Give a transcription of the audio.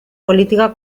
política